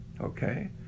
okay